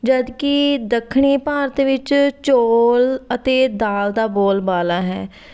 ਜਦਕਿ ਦੱਖਣੀ ਭਾਰਤ ਵਿੱਚ ਚੌਲ ਅਤੇ ਦਾਲ ਦਾ ਬੋਲਬਾਲਾ ਹੈ